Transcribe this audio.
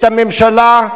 את הממשלה,